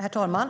Herr talman!